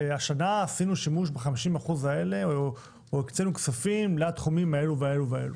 השנה עשינו שימוש ב-50% האלה או הקצינו כספים לתחומים האלה והאלה והאלה.